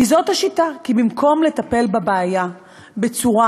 כי זאת השיטה: במקום לטפל בבעיה בצורה